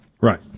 Right